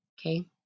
Okay